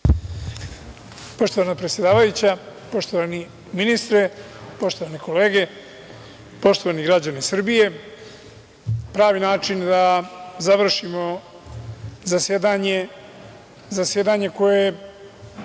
Poštovana predsedavajuća, poštovani ministre, poštovane kolege, poštovani građani Srbije, pravi način da završimo zasedanje,